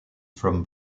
from